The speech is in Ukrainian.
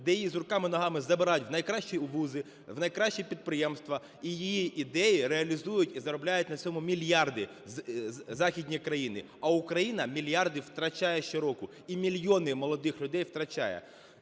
де її з руками, з ногами забирають в найкращі вузи, в найкращі підприємства, і її ідеї реалізують, і заробляють на цьому мільярди західні країни, а Україна мільярди втрачає щороку, і мільйони молодих людей втрачає.